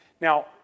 Now